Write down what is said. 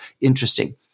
interesting